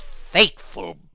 fateful